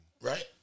Right